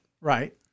right